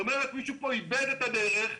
מישהו כאן איבד את הדרך.